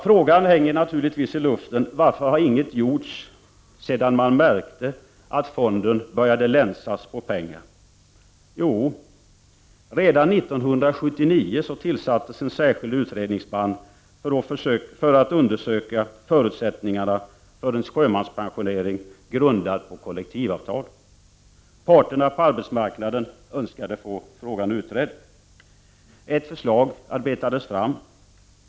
Frågan hänger naturligtvis i luften: Varför har inget gjorts sedan man märkte att fonden började länsas på pengar? Jo, redan 1979 tillsattes en särskild utredningsman för att undersöka förutsättningarna för en sjömanspensionering grundad på kollektivavtal. Parterna på arbetsmarknaden önskade få frågan utredd. Ett förslag arbetades fram.